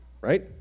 right